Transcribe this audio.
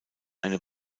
eine